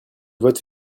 vote